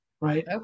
right